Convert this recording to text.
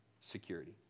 security